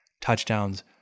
touchdowns